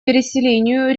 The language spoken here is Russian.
переселению